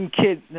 kids